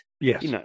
Yes